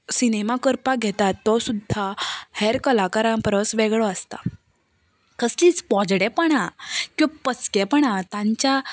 cinema करपाक घेतात तो सुद्दां हेर कलाकारां परस वेगळो आसता कसलींच पोजडेंपणां किंवा पोचकेंपणां तांच्या